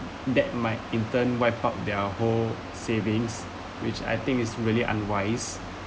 that might in term wipe up their whole savings which I think it's really unwise